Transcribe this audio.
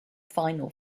final